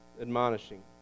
admonishing